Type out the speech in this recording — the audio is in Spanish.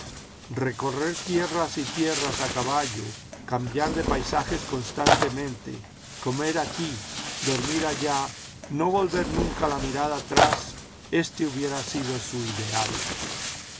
recorrer tierras y tierras a caballo cambiar de paisajes constantemente comer aquí dormir allá no volver nunca la mirada atrás éste hubiera sido su ideal